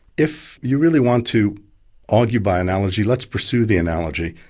if you really want to argue by analogy, let's pursue the analogy.